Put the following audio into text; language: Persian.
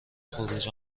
خروج